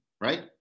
right